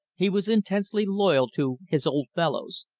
he was intensely loyal to his old fellows,